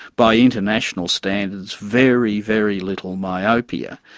by international standards, very, very little myopia.